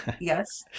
yes